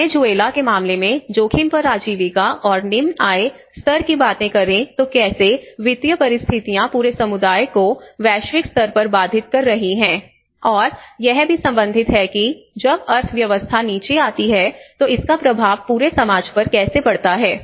Venezuela के मामले में जोखिम पर आजीविका और निम्न आय स्तर की बात करें तो कैसे वित्तीय परिस्थितियां पूरे समुदाय को वैश्विक स्तर पर बाधित कर रही हैं और यह भी संबंधित है कि जब अर्थव्यवस्था नीचे आती है तो इसका प्रभाव पूरे समाज पर कैसे पड़ता है